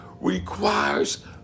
requires